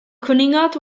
cwningod